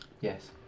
Yes